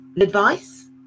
advice